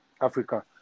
Africa